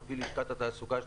על פי לשכת התעסוקה,